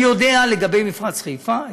אני יודע לגבי מפרץ חיפה,